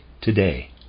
today